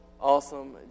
awesome